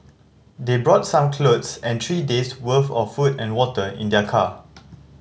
they brought some clothes and three days' worth of food and water in their car